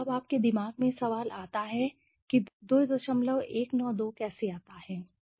अब आपके दिमाग में यह सवाल आता है कि 2192 कैसे आता है